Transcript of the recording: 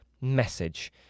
message